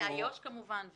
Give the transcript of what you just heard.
באיו"ש כמובן גם.